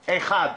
אחד,